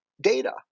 data